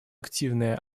активное